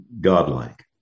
godlike